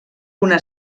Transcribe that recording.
una